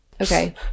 Okay